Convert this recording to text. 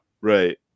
Right